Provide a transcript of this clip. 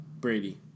Brady